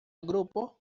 grupo